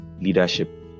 leadership